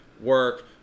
work